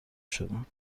شدم